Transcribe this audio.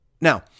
Now